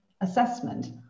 assessment